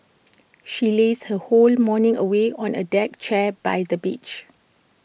she lazed her whole morning away on A deck chair by the beach